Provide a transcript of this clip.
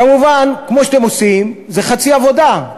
כמובן, כמו שאתם עושים, זה חצי עבודה.